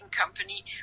company